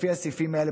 לפי הסעיפים האלה,